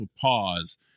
pause